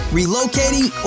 relocating